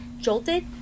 jolted